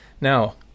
Now